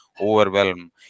overwhelm